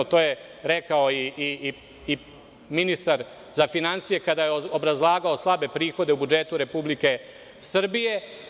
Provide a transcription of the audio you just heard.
To je rekao i ministar za finansije kada je obrazlagao slabe prihode u budžetu Republike Srbije.